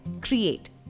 Create